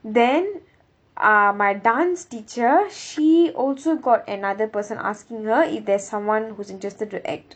then uh my dance teacher she also got another person asking her if there's someone who's interested to act